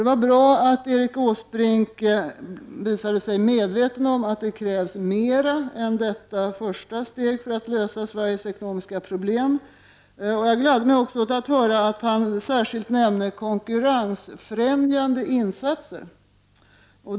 Det var bra att Erik Åsbrink visade sig vara medveten om att det krävs mer än detta första steg för att lösa Sveriges ekonomiska problem. Jag gladde mig också åt att höra att han särskilt nämnde konkurrensfrämjande insatser.